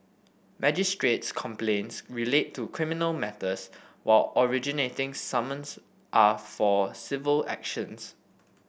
magistrate's complaints relate to criminal matters while originating summons are for civil actions